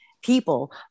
people